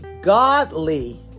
godly